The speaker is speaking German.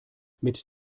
mit